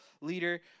leader